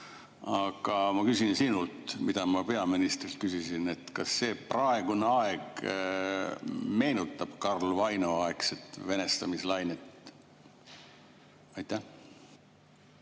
Aga ma küsin sinult, mida ma ka peaministrilt küsisin: kas see praegune aeg meenutab Karl Vaino aegset venestamislainet? Hea